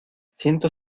ciento